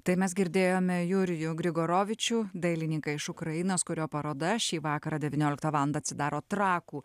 tai mes girdėjome jurijų grigorovičių dailininką iš ukrainos kurio paroda šį vakarą deynioliktą valandą atsidaro trakų